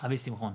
אבי שמחון,